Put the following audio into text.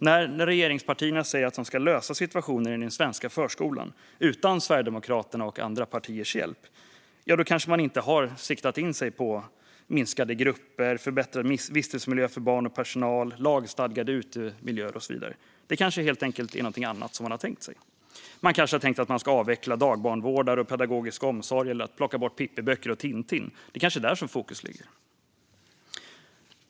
När regeringspartierna säger att de ska lösa situationen i den svenska förskolan utan Sverigedemokraternas och andra partiers hjälp kanske man inte har siktat in sig på minskade grupper, förbättrad vistelsemiljö för barn och personal, lagstadgade utemiljöer och så vidare. Det kanske helt enkelt är någonting annat man har tänkt sig. Man kanske har tänkt att man ska avveckla dagbarnvårdare och pedagogisk omsorg eller plocka bort Pippiböcker och Tintin. Det kanske är där fokus ligger.